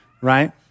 right